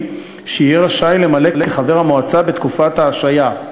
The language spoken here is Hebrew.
שיהיה רשאי למלא כחבר המועצה בתקופת ההשעיה.